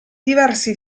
diversi